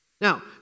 Now